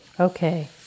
Okay